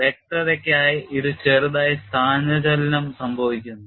വ്യക്തതയ്ക്കായി ഇത് ചെറുതായി സ്ഥാനചലനം സംഭവിക്കുന്നു